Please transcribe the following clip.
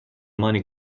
money